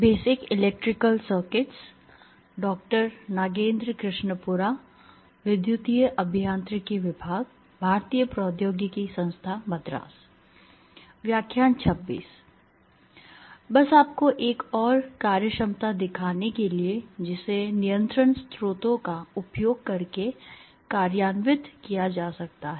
बस आपको एक और कार्यक्षमता दिखाने के लिए जिसे नियंत्रण स्रोतों का उपयोग करके कार्यान्वित किया जा सकता है